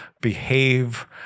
behave